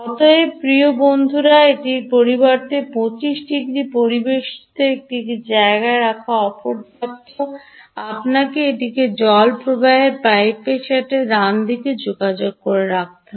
অতএব প্রিয় বন্ধুরা এটি পরিবর্তে 25 ডিগ্রি পরিবেষ্টিত এটিকে বজায় রাখা অপর্যাপ্ত আপনাকে এটিকে জল প্রবাহ পাইপের সাথে ডানদিকে যোগাযোগ রাখতে হতে পারে